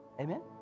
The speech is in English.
Amen